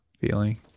feeling